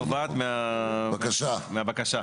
נובעת מהבקשה.